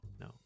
no